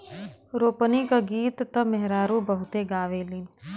रोपनी क गीत त मेहरारू बहुते गावेलीन